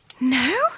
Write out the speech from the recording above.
No